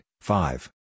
five